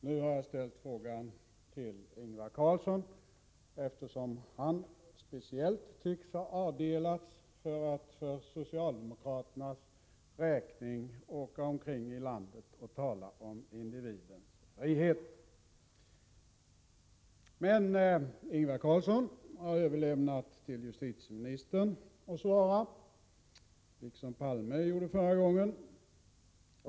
Nu har jag ställt frågan till Ingvar Carlsson, eftersom han speciellt tycks ha avdelats för att för socialdemokraternas räkning åka omkring i landet och tala om individens frihet. Men Ingvar Carlsson har överlämnat frågan till justitieministern, liksom Palme gjorde förra gången.